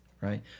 right